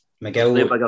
Miguel